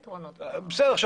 בסדר,